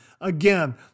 Again